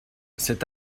cet